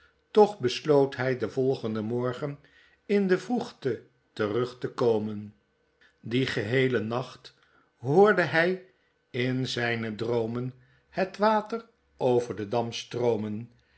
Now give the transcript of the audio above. toch besloot hy den volgenden morgen in de vroegte terug te komen dien geheelen nacht hoorde hij in zyne droomen het water over den dam stroomen